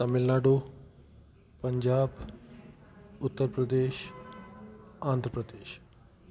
Tamil Nadu Punjab Uttar Pradesh Andhra Pradesh